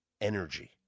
energy